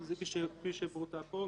כפי שפורטה פה.